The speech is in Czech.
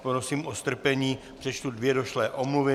Prosím o strpení, přečtu dvě došlé omluvy.